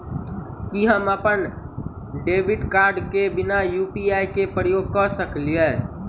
की हम अप्पन debit card केँ बिना यु.पी.आई केँ उपयोग करऽ सकलिये?